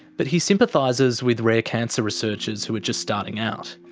but he sympathises with rare cancer researchers who are just starting out.